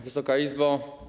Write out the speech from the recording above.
Wysoka Izbo!